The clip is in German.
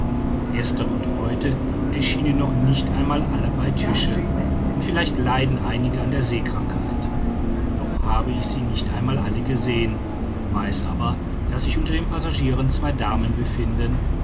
gestern und heute erschienen noch nicht einmal alle bei tische und vielleicht leiden einige an der seekrankheit noch habe ich sie nicht einmal alle gesehen weiß aber daß sich unter den passagieren zwei damen befinden